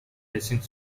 racing